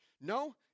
no